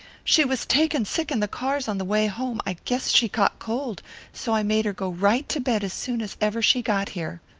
she was taken sick in the cars on the way home i guess she caught cold so i made her go right to bed as soon as ever she got here.